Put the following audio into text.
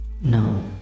No